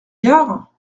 gare